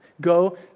Go